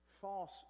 false